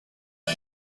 tué